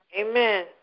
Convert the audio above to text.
Amen